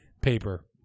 paper